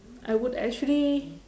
I would actually